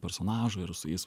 personažų ir su jais